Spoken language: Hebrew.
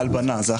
אני